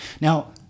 now